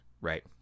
right